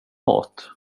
mat